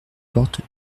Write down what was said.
porte